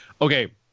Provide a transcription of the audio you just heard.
okay